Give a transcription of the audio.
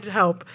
help